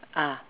ah